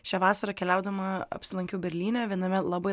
šią vasarą keliaudama apsilankiau berlyne viename labai